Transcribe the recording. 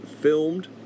filmed